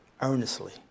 earnestly